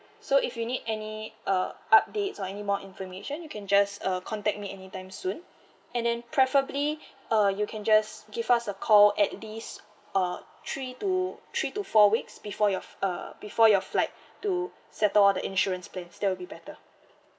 so if you need any uh updates or any more information you can just uh contact me anytime soon and then preferably uh you can just give us a call at least uh three to three to four weeks before your uh before your flight to settle all the insurance plans that will be better